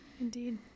Indeed